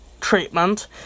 treatment